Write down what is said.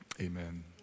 amen